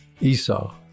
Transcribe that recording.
Esau